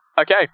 Okay